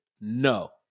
No